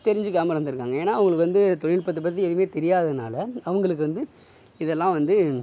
தெரிஞ்சிக்காமல் இருந்து இருக்காங்க ஏன்னா அவங்களுக்கு வந்து தொழில்நுட்பத்தை பற்றி எதுவுமே தெரியாதனால அவங்களுக்கு வந்து இதல்லாம் வந்து